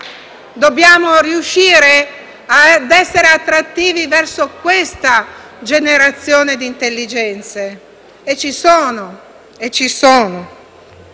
Dobbiamo riuscire a essere attrattivi verso questa generazione di intelligenze. Non solo, sono